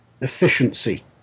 efficiency